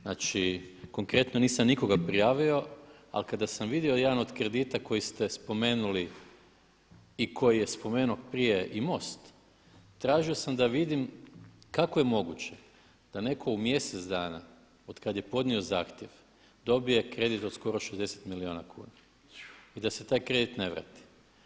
Znači konkretno nisam nikoga prijavio, ali kada sam vidio da jedan od kredita koji ste spomenuli i koji je spomenuo prije i MOST, tražio sam da vidim kako je moguće da neko u mjesec dana od kada je podnio zahtjev dobije kredit od skoro 60 milijuna kuna i da se taj kredit ne vrati.